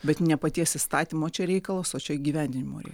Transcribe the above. bet ne paties įstatymo čia reikalas o čia įgyvendinimo reikalas